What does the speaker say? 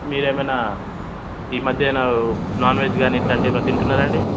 మీరు ఏమైనా ఈ మధ్యన నాన్ వెజ్ గానీ ఇట్లాంటియేమైనా తింటున్నారా అండి